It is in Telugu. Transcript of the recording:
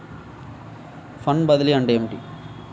ఫండ్ బదిలీ అంటే ఏమిటి?